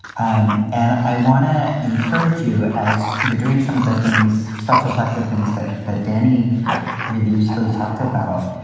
um and i want to encourage you, as you're doing some of the things, self reflective things that that dennie really usefully talked about.